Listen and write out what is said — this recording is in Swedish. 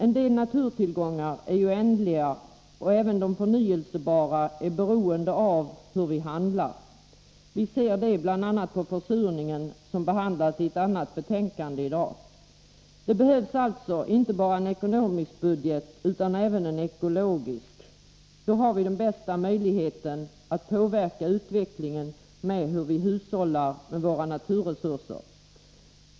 En del naturtillgångar är ju ändliga, och även de förnyelsebara är beroende av hur vi handlar. Vi ser det bl.a. på försurningen, som behandlas i ett annat betänkande i dag. Det behövs alltså inte bara en ekonomisk budget utan även en ekologisk. Då har vi bästa möjligheten att påverka utvecklingen av våra naturresurser.